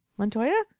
Montoya